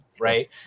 Right